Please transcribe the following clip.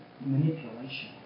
manipulation